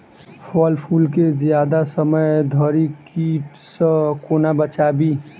फल फुल केँ जियादा समय धरि कीट सऽ कोना बचाबी?